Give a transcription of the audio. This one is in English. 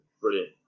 Brilliant